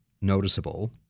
noticeable